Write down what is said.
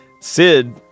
sid